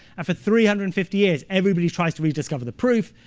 and for three hundred and fifty years, everybody tries to rediscover the proof.